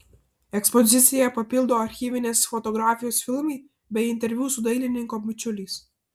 ekspoziciją papildo archyvinės fotografijos filmai bei interviu su dailininko bičiuliais